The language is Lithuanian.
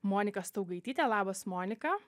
monika staugaitytė labas monika